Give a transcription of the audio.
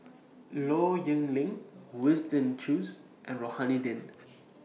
Low Yen Ling Winston Choos and Rohani Din